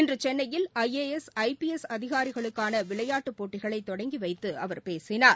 இன்று சென்னையில் I A S I P S அதிகாரிகளுக்கான விளையாட்டுப் போட்டிகளை தொடங்கிவைத்து அவர் பேசினார்